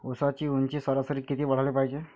ऊसाची ऊंची सरासरी किती वाढाले पायजे?